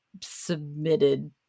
submitted